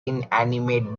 inanimate